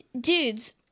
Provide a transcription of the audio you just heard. dudes